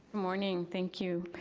morning, thank you,